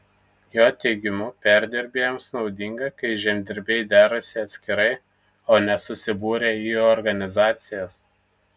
jo teigimu perdirbėjams naudinga kai žemdirbiai derasi atskirai o ne susibūrę į organizacijas